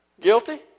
Guilty